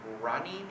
running